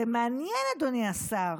זה מעניין, אדוני השר.